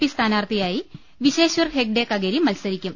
P സ്ഥാനാർത്ഥി യായി വിശേശ്വർ ഹെഗ്ഡേ കഗേരി മത്സരിക്കും